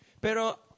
Pero